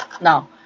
Now